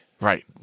Right